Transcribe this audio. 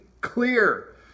clear